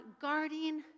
guarding